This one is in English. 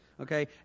Okay